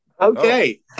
Okay